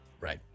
Right